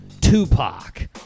Tupac